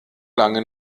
lange